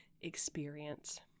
experience